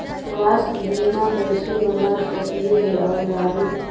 स्वास्थ्य बीमा कैसे बना सकली हे ऑनलाइन?